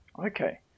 okay